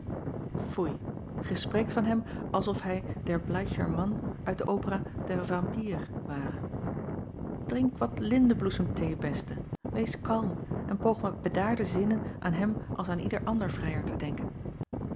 oei gij spreekt van hem als of hij der bleicher ann uit de opera der ampyr ware rink wat lindebloesemthee beste wees kalm en poog met bedaarde zinnen aan hem als aan ieder ander vrijer te denken